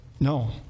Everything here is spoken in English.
No